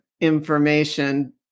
information